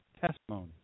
testimony